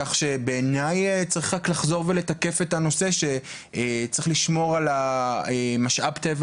כך שבעיניי צריך רק לחזור ולתקף את הנושא שצריך לשמור על המשאב טבע